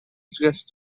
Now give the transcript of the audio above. جست